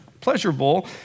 pleasurable